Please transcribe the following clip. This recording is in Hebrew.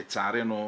לצערנו,